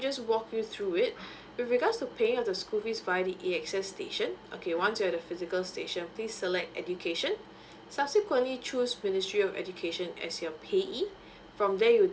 just walk you through it but regards to paying under school fees by the A_X_S station okay once you had a physical station please select education subsequently choose ministry of education as your payee from there you